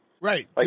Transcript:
Right